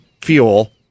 fuel